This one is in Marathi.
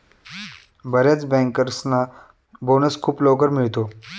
बर्याच बँकर्सना बोनस खूप लवकर मिळतो